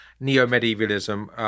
Neo-medievalism